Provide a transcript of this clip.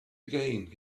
again